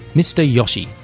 mr yoshi,